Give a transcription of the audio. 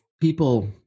people